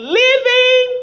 living